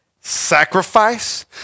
sacrifice